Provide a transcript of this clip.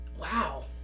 Wow